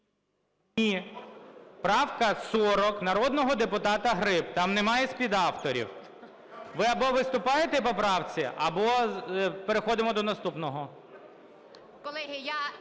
Ні. Правка 40 народного депутата Гриб, там немає співавторів. Ви або виступаєте по правці, або переходимо до наступного.